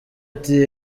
ati